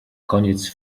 koniec